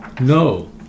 No